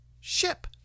ship